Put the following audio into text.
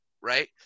right